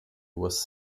was